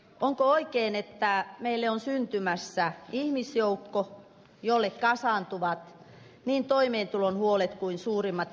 onko oikein että meille on syntymässä ihmisjoukko jolle kasaantuvat niin toimeentulon huolet kuin suurimmat terveysongelmatkin